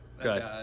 Good